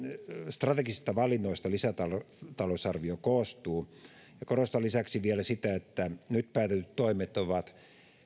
strategisista valinnoista lisätalousarvio koostuu ja korostan lisäksi vielä että nyt päätetyt toimet ovat